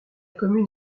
commune